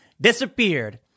disappeared